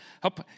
Help